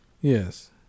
Yes